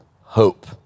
Hope